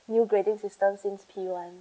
new grading system since P one